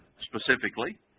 specifically